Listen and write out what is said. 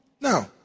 No